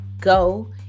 go